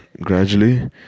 gradually